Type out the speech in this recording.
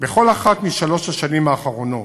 בכל אחת משלוש השנים האחרונות